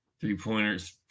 Three-pointers